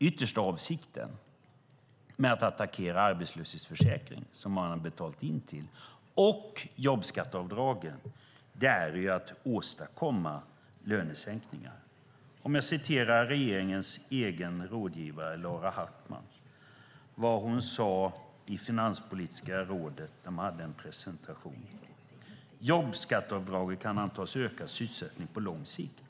Yttersta avsikten med att attackera arbetslöshetsförsäkringen, som människor har betalat in till, och införa jobbskatteavdragen är ju att åstadkomma lönesänkningar. Jag kan citera vad regeringens egen rådgivare Laura Hartman sade vid en presentation i Finanspolitiska rådet: "Jobbskatteavdraget kan antas öka sysselsättning på lång sikt .